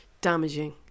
damaging